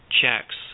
checks